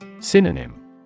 Synonym